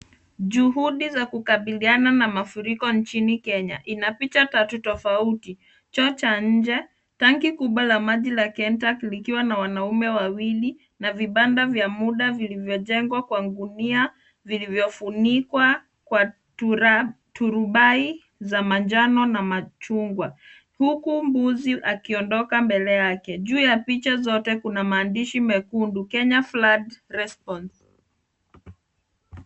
Juhudi za kukabiliana na mafuriko inchini Kenya, ina picha tatu tafauti, choo cha inche, tanki kubwa la maji la Kentank likiwa na wanaume wawili na vipanda vya muda vilivyo jengwa kwa gunia vilivyo funikwa kwa turupai za manjano na majungwa, huku mbuzi akiondoka mbele yake, juu ya picha zote kuna maandishi mekundi, Kenya Flood Response .